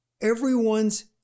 Everyone's